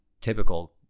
typical